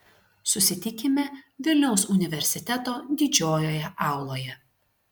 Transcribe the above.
susitikime vilniaus universiteto didžiojoje auloje